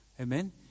Amen